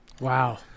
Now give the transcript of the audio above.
Wow